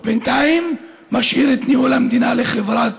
ובינתיים משאיר את ניהול המדינה לחברת